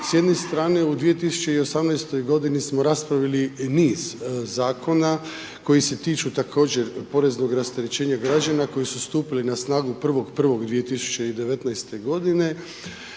S jedne strane, u 2018.-toj godini smo raspravili niz Zakona koji se tiču također poreznog rasterećenja građana koji su stupili na snagu 1.1.2019.-te godine,